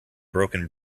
broken